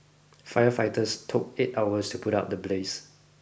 firefighters took eight hours to put out the blaze